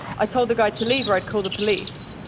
i told the guy to leave or i'd call the police.